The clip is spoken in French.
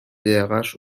drh